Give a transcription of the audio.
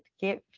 give